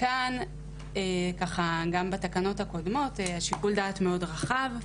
כאן וגם בתקנות הקודמות שיקול הדעת הוא מאוד רחב,